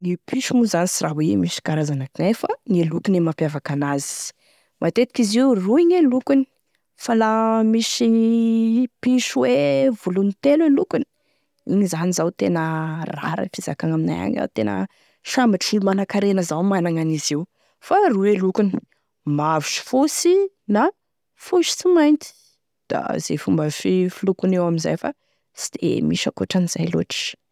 Gne piso moa zany sy raha hoe misy karazany ankognaia fa gne lokony e mampiavaky an'azy, matetiky izy io roy gne lokony fa la misy piso hoe volony telo e lokony, igny zany zao tena rare e fizakagne aminay agny tena sambatry, olo manakarena zao managny an'izy io, fa roy e lokony: mavo sy fosy, na fosy sy mainty da ze fomba filokony amin'izay fa tsy da misy ankoatran'izay loatry.